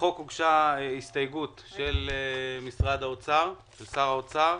הוגשה הסתייגות לחוק של משרד האוצר, של שר האוצר.